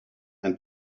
and